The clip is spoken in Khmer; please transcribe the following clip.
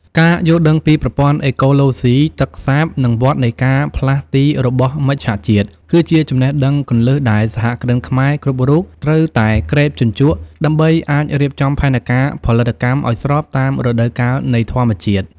ការយល់ដឹងពីប្រព័ន្ធអេកូឡូស៊ីទឹកសាប និងវដ្តនៃការផ្លាស់ទីរបស់មច្ឆជាតិ គឺជាចំណេះដឹងគន្លឹះដែលសហគ្រិនខ្មែរគ្រប់រូបត្រូវតែក្រេបជញ្ជក់ ដើម្បីអាចរៀបចំផែនការផលិតកម្មឱ្យស្របតាមរដូវកាលនៃធម្មជាតិ។